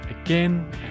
again